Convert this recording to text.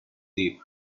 deep